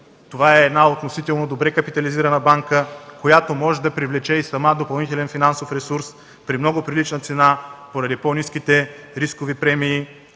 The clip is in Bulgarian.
Това е една относително добре капитализирана банка, която може да привлече и сама допълнителен финансов ресурс при много прилична цена, поради по-ниските рискови премии